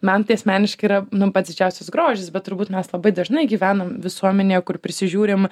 man tai asmeniškai yra nu pats didžiausias grožis bet turbūt mes labai dažnai gyvenam visuomenėje kur prisižiūrim